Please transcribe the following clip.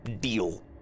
deal